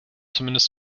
zumindest